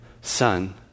son